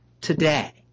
today